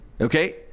Okay